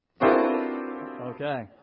Okay